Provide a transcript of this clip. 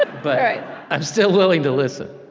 but i'm still willing to listen.